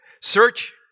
search